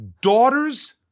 daughter's